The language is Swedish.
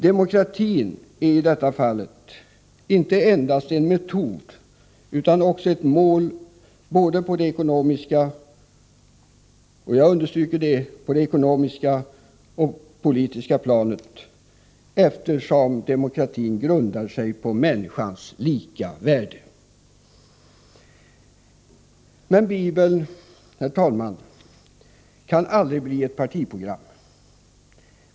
Demokratin är i detta fall inte endast en metod utan också ett mål på både det ekonomiska och det politiska planet, eftersom demokratin grundar sig på människans lika värde. Men, herr talman, Bibeln kan aldrig bli ett partiprogram.